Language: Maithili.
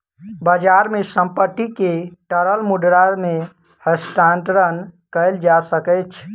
बजार मे संपत्ति के तरल मुद्रा मे हस्तांतरण कयल जा सकै छै